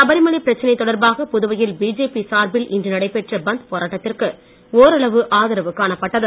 சபரிமலை பிரச்சனை தொடர்பாக புதுவையில் பிஜேபி சார்பில் இன்று நடைபெற்ற பந்த் போராட்டத்திற்கு ஓரளவு ஆதரவு காணப்பட்டது